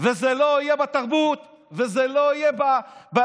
זה לא יהיה בתרבות וזה לא יהיה בתקשורת,